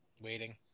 Waiting